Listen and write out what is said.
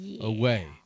away